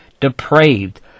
depraved